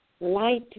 light